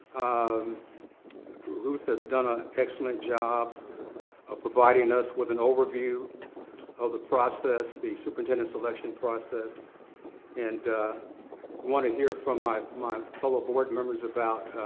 um ruth has done an ah excellent job of providing us with an overview of the process. the superintendent selection process and want to hear from my my fellow board members about